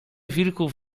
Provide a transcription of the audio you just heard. wilków